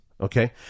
Okay